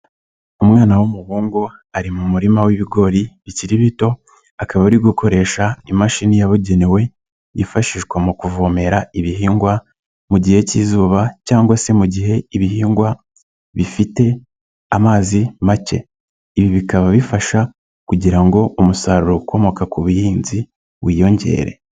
Umwana w'umuhungu ari mu murima w'ibigori bikiri bito, akaba ari gukoresha imashini yabugenewe yifashishwa mu kuvomera ibihingwa mu gihe k'izuba cyangwa se mu gihe ibihingwa bifite amazi make. Ibi bikaba bifasha kugira ngo umusaruro ukomoka ku buhinzi wiyongere.